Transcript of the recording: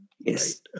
Yes